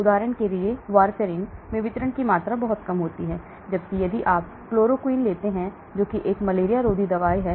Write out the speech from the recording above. उदाहरण के लिए वार्फरिन में वितरण की मात्रा बहुत कम होती है जबकि यदि आप क्लोरोक्वीन लेते हैं जो एक मलेरिया रोधी है